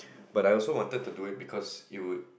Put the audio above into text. but I also wanted to do it because it would